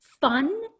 fun